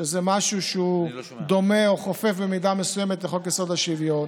שזה משהו שהוא דומה או חופף במידה מסוימת לחוק-יסוד: השוויון.